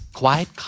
quiet